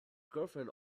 girlfriend